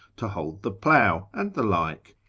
to hold the plough, and the like.